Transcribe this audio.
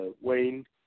Wayne